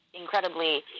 incredibly